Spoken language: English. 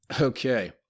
Okay